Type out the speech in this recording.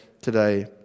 today